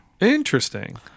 Interesting